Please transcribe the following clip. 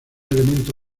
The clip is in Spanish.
elemento